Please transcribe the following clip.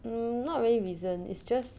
hmm not really reason is just